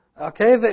Okay